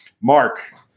mark